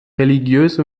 religiöse